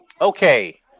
okay